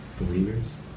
Believers